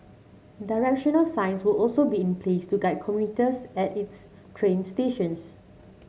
directional signs will also be in place to guide commuters at its train stations